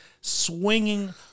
swinging